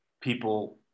people